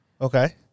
Okay